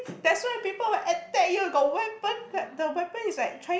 that's why people will attack you got weapon that the weapon is like